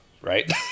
right